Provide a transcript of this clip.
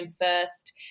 first